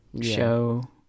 show